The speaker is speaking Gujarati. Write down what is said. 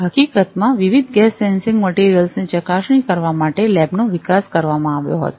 હકીકતમાં વિવિધ ગેસ સેન્સિંગ મટિરિયલ્સની ચકાસણી કરવા માટે લેબનો વિકાસ કરવામાં આવ્યો હતો